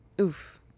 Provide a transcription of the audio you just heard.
oof